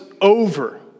over